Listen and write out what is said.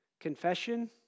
confession